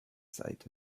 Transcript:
site